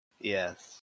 Yes